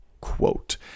quote